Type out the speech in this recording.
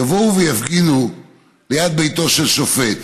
יבואו ויפגינו ליד ביתו של שופט